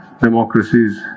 democracies